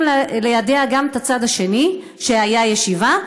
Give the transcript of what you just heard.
ליידע גם את הצד השני שהייתה ישיבה,